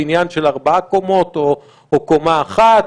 בניין של ארבע קומות או קומה אחת,